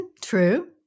True